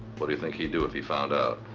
what do you think he'd do if he found out?